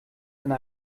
eine